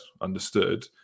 understood